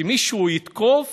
שמי שיתקוף